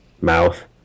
mouth